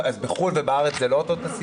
בחו"ל ובארץ זה לא אותו סיפור?